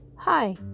Hi